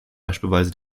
beispielsweise